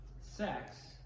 sex